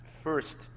first